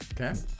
Okay